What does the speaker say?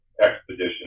expedition